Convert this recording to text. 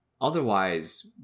Otherwise